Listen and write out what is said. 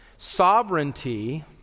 Sovereignty